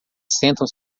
sentam